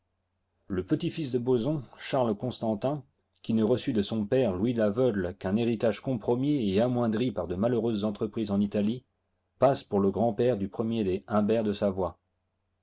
le petit-fils de boson charlesconstantin qui ne reçut de son père louis l'aveugle qu'un héritage compromis et amoindri par de malheureuses entreprises en italie passe pour le grand-père du premier des humbort de savoie